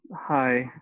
Hi